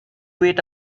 wait